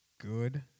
Good